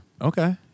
Okay